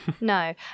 No